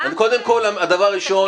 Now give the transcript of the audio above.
קודם כל הדבר הראשון,